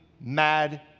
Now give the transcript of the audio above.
mad